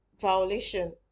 violation